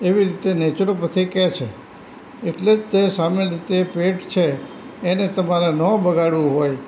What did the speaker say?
એવી રીતે નેચરોપથી કહે છે એટલે જ તે સામાન્ય રીતે પેટ છે એને તમારે ના બગાડવું હોય